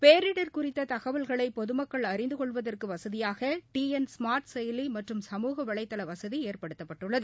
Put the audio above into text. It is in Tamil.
பேரிடர் குறித்த தகவல்களை பொதுமக்கள் அறிந்து கொள்வதற்கு வசதியாக டி என் ஸ்மா்ட் செயலி மற்றும் சமூக வலைதள வசதி ஏற்படுத்தப்பட்டுள்ளது